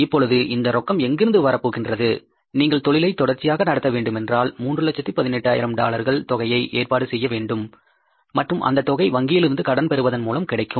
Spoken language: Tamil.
இப்பொழுது இந்த ரொக்கம் எங்கிருந்து வரப்போகின்றது நீங்கள் தொழிலை தொடர்ச்சியாக நடத்த வேண்டுமென்றால் 318000 டாலர்கள் தொகையை ஏற்பாடு செய்ய வேண்டும் மற்றும் அந்த தொகை வங்கியிலிருந்து கடன் பெறுவதன் மூலம் கிடைக்கும்